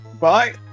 Bye